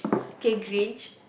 okay Grinch